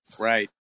Right